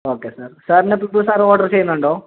okay sir സാറിന് ഇപ്പം ഇപ്പോൾ സർ ഓർഡർ ചെയ്യുന്നുണ്ടോ